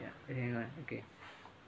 ya everyone okay